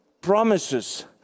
promises